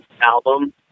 album